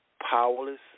powerless